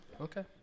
Okay